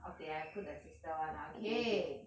okay I put the sister [one] ah okay